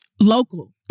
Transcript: local